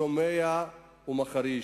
שומע ומחריש.